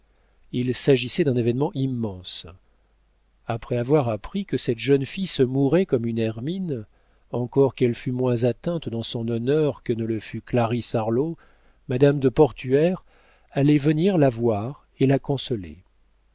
il s'agissait d'un événement immense après avoir appris que cette jeune fille se mourait comme une hermine encore qu'elle fût moins atteinte dans son honneur que ne le fut clarisse harlowe madame de portenduère allait venir la voir et la consoler